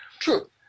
True